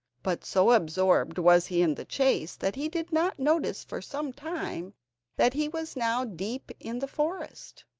but so absorbed was he in the chase that he did not notice for some time that he was now deep in the forest,